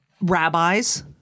rabbis